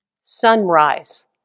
Sunrise